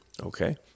Okay